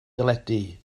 deledu